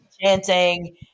chanting